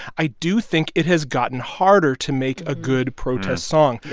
i do think it has gotten harder to make a good protest song.